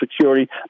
Security